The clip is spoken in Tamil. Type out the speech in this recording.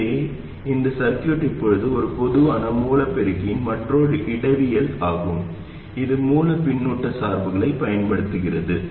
எனவே இந்த சுற்று இப்போது ஒரு பொதுவான மூல பெருக்கியின் மற்றொரு இடவியல் ஆகும் இது மூல பின்னூட்ட சார்புகளைப் பயன்படுத்துகிறது